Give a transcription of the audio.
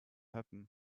happen